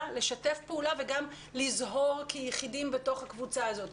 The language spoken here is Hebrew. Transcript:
וגם לזהור כיחידים בתוך הקבוצה הזאת.